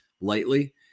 lightly